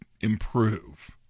improve